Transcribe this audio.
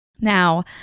Now